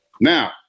Now